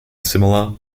similar